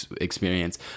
experience